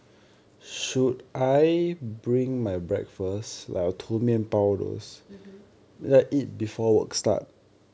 mmhmm